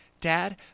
Dad